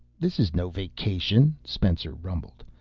this is no vacation, spencer rumbled.